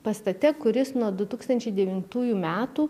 pastate kuris nuo du tūkstančiai devintųjų metų